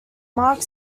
mark